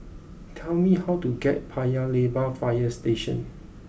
tell me how to get to Paya Lebar Fire Station